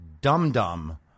dum-dum